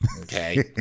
okay